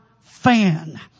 fan